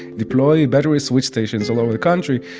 deploy battery switch stations all over the country,